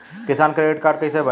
किसान credit card कइसे बानी?